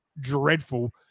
dreadful